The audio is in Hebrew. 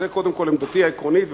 זו קודם כול עמדתי העקרונית,